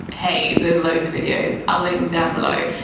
hey there's loads of videos, i'll link them down below.